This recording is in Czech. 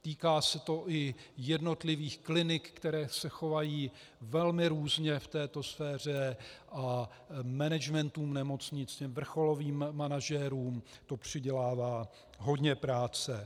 Týká se to i jednotlivých klinik, které se chovají velmi různě v této sféře, a managementu nemocnice, vrcholovým manažerům to přidělává hodně práce.